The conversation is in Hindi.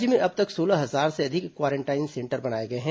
राज्य में अब तक सोलह हजार से अधिक क्वारेंटान सेंटर बनाए गए हैं